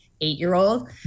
eight-year-old